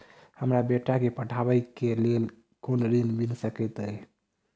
हमरा बेटा केँ पढ़ाबै केँ लेल केँ ऋण मिल सकैत अई?